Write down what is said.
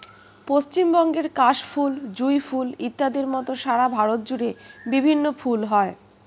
পশ্চিমবঙ্গের কাশ ফুল, জুঁই ফুল ইত্যাদির মত সারা ভারত জুড়ে বিভিন্ন ফুল হয়